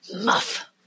Muff